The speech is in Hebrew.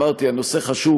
אמרתי: הנושא חשוב.